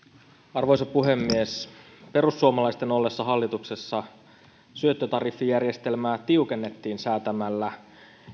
arvoisa puhemies perussuomalaisten ollessa hallituksessa syöttötariffijärjestelmää tiukennettiin säätämällä